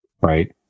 right